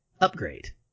Upgrade